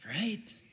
right